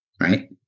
Right